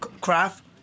craft